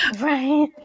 Right